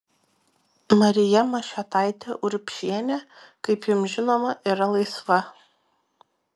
marija mašiotaitė urbšienė kaip jums žinoma yra laisva